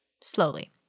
Slowly